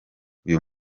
uyu